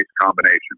combination